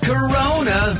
Corona